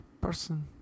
person